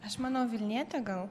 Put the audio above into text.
aš manau vilnietė gal